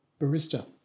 barista